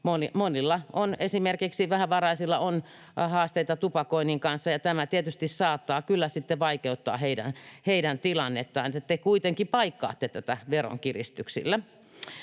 esimerkiksi vähävaraisilla, on haasteita tupakoinnin kanssa, ja tämä tietysti saattaa kyllä sitten vaikeuttaa heidän tilannettaan. Te kuitenkin paikkaatte tätä veronkiristyksillä.